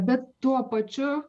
bet tuo pačiu